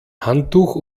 handtuch